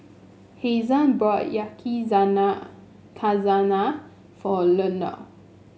Hasan brought Yakizakana for Leonel